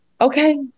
Okay